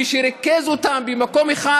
מי שריכז אותם במקום אחד,